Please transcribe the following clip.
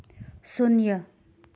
ꯁꯨꯟꯅ꯭ꯌꯥ